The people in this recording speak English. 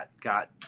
got